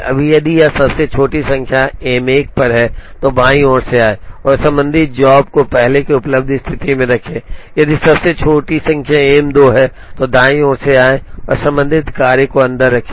अब यदि यह सबसे छोटी संख्या M 1 पर है तो बाईं ओर से आएं और संबंधित जॉब को पहले उपलब्ध स्थिति में रखें यदि सबसे छोटी संख्या M 2 पर है तो दाईं ओर से आएं और संबंधित कार्य को अंदर रखें